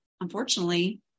unfortunately